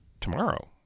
tomorrow